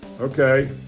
Okay